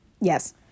Yes